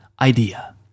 idea